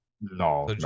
No